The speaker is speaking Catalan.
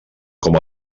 com